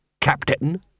Captain